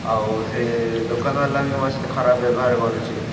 ଆଉ ସେ ଦୋକାନ ହେଲା ବି ମୋ ସହିତ ଖରାପ ବ୍ୟବହାର କରୁଛି